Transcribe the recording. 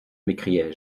m’écriai